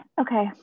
Okay